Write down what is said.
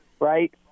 right